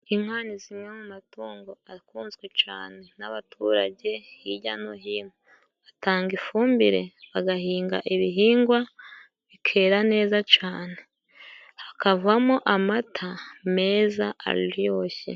Inka ni zimwe mu matungo akunzwe cane n'abaturage, hirya no hino batanga ifumbire bagahinga ibihingwa bikera neza cane, hakavamowo amata meza aryoseshye.